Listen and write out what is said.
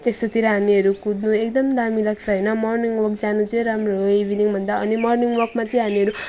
त्यस्तोतिर हामीहरू कुद्नु एकदम दामी लाग्छ होइन मर्निङ वक जानु चाहिँ राम्रो हो इभिनिङ भन्दा अनि मर्निङ वकमा चाहिँ हामीहरू